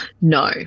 no